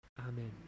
Amen